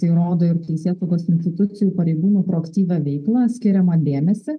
tai rodo ir teisėsaugos institucijų pareigūnų proaktyvią veiklą skiriamą dėmesį